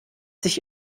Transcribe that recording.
sich